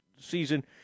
season